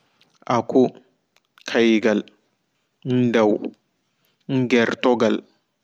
Aku kaigal ndau gertugal